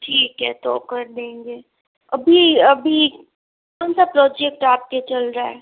ठीक है तो कर देंगे अभी अभी कौन सा प्रोजेक्ट आपके चल रहा है